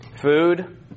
Food